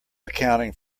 accounting